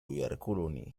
يركلني